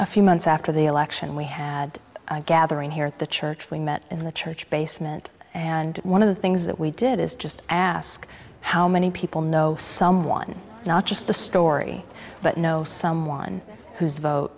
a few months after the election we had a gathering here at the church we met in the church basement and one of the things that we did is just ask how many people know someone not just the story but know someone whose vote